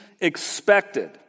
expected